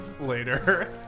later